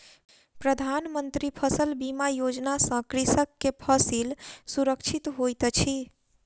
प्रधान मंत्री फसल बीमा योजना सॅ कृषक के फसिल सुरक्षित होइत अछि